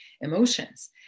Emotions